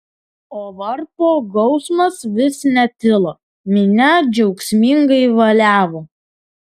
o varpo gausmas vis netilo minia džiaugsmingai valiavo